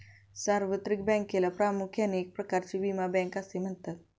सार्वत्रिक बँकेला प्रामुख्याने एक प्रकारची विमा बँक असे म्हणतात